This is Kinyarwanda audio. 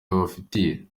babafitiye